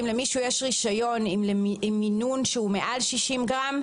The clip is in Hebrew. אם למישהו יש רישיון עם מינון שהוא מעל 60 גרם,